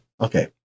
Okay